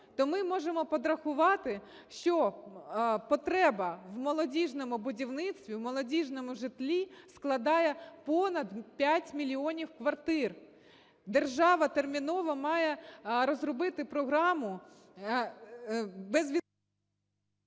то ми можемо підрахувати, що потреба в молодіжному будівництві, в молодіжному житлі складає понад 5 мільйонів квартир. Держава терміново має розробити програму…